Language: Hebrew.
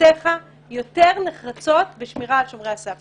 התבטאויותיך יותר נחרצות בשמירה על שומרי הסף.